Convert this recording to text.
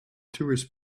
tourists